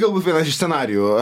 galbūt vienas iš scenarijų